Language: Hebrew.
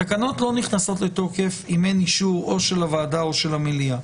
התקנות לא נכנסות לתוקף אם אין אישור או של הוועדה או של המליאה.